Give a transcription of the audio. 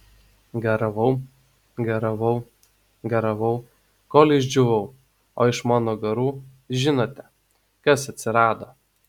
garavau garavau garavau kol išdžiūvau o iš mano garų žinote kas atsirado